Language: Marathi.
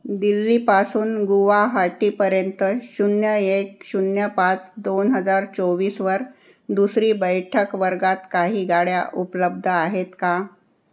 दिल्लीपासून गुवाहाटीपर्यंत शून्य एक शून्य पाच दोन हजार चोवीसवर दुसरी बैठक वर्गात काही गाड्या उपलब्ध आहेत का